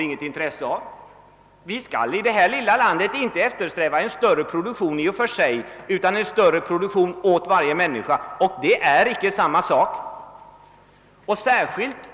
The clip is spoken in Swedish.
I detta lilla land skall vi eftersträvainte en större produktion i och för sig utan en större produktion åt varje människa. Det är inte samma sak!